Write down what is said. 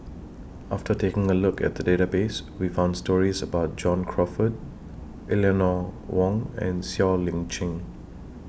after taking A Look At The Database We found stories about John Crawfurd Eleanor Wong and Siow Lee Chin